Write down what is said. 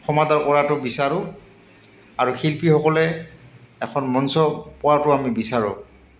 সমাদৰ কৰাটো বিচাৰোঁ আৰু শিল্পীসকলে এখন মঞ্চ পোৱাটো আমি বিচাৰোঁ